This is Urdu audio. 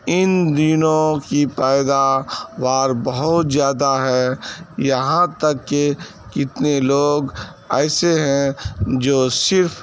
ان دنوں کی پیدا وار بہت زیادہ ہے یہاں تک کہ کتنے لوگ ایسے ہیں جو صرف